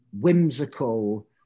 whimsical